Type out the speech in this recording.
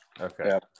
okay